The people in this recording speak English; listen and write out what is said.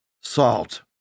salt